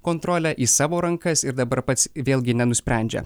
kontrolę į savo rankas ir dabar pats vėlgi nenusprendžia